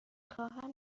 خواهم